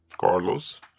Carlos